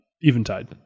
Eventide